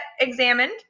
examined